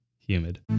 humid